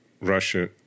Russia